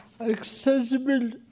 accessible